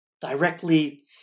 directly